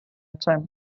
очима